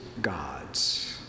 God's